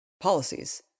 policies